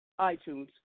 iTunes